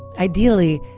ideally,